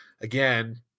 again